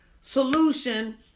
solution